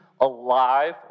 alive